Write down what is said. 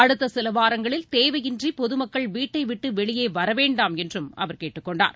அடுத்த சில வாரங்களில் தேவையின்றி பொதுமக்கள் வீட்டைவிட்டு வெளியே வரவேண்டாம் என்றும அவர் கேட்டுக் கொண்டார்